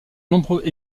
nombreux